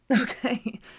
okay